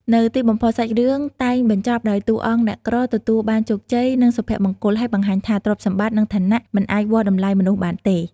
នៅទីបំផុត សាច់រឿងតែងបញ្ចប់ដោយតួអង្គអ្នកក្រទទួលបានជោគជ័យ និងសុភមង្គល ហើយបង្ហាញថា ទ្រព្យសម្បត្តិ និងឋានៈ មិនអាចវាស់តម្លៃមនុស្សបានទេ។